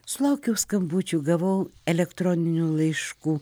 sulaukiau skambučių gavau elektroninių laiškų